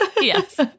Yes